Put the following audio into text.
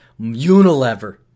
Unilever